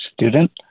student